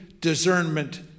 discernment